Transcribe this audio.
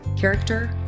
character